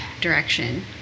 direction